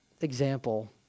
example